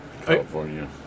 California